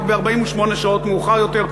רק 48 שעות מאוחר יותר,